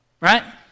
right